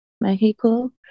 Mexico